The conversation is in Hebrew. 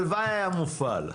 הלוואי היה מופעל.